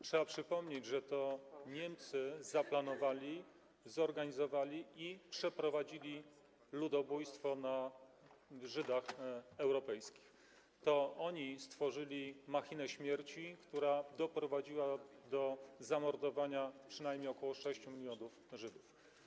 Trzeba przypomnieć, że to Niemcy zaplanowali, zorganizowali i przeprowadzili ludobójstwo na Żydach europejskich, to oni stworzyli machinę śmierci, która doprowadziła do zamordowania ok. 6 mln Żydów.